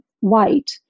white